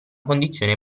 condizione